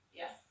yes